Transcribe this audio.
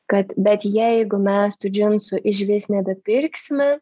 kad bet jeigu mes tų džinsų išvis nebepirksime